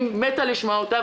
אני מתה לשמוע אותה.